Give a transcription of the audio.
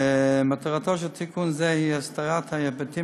מטרתו של תיקון זה היא הסדרת ההיבטים